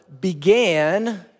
began